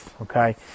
okay